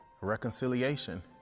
Reconciliation